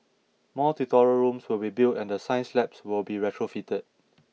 more tutorial rooms will be built and the science labs will be retrofitted